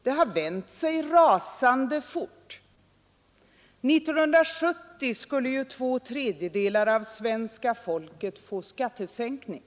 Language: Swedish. Det har vänt sig rasande fort. 1970 skulle ju två tredjedelar av svenska folket få skattesänkning.